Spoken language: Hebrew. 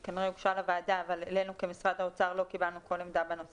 היא כנראה הוגשה לוועדה אך לא היגיעה אלינו